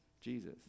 Jesus